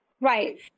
right